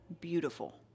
beautiful